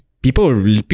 people